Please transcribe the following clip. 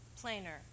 plainer